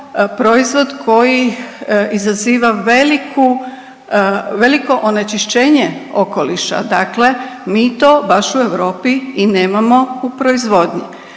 proizvod koji izaziva veliko onečišćenje okoliša, dakle mi to baš u Europi i nemamo u proizvodnji.